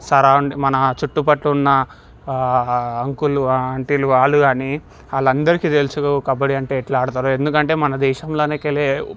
surround మన చుట్టుపక్కల ఉన్న అంకుల్ ఆంటీలు వాళ్లుగాని వాళ్ళందరికీ తెలుసు కబడ్డీ అంటే ఎట్లాడతారు ఎందుకంటే మన దేశంలోనే